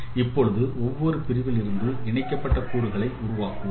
இப்பொழுது ஒவ்வொரு பிரிவிலிருந்து இணைக்கப்பட்ட கூறுகளை உருவாக்குவோம்